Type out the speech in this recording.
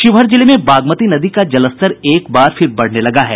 शिवहर जिले में बागमती नदी का जलस्तर एक बार फिर बढ़ने लगा है